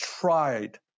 tried